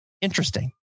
interesting